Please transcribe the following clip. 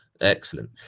Excellent